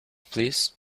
please